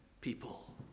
people